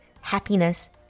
happiness